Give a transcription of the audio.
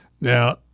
Now